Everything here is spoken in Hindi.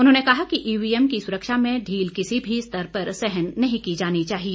उन्होंने कहा कि ईवीएम की सुरक्षा में ढील किसी भी स्तर पर सहन नहीं की जानी चाहिए